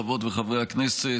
חברות וחברי הכנסת,